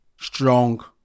strong